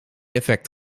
effect